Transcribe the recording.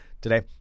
today